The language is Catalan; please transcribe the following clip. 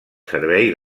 servei